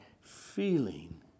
feeling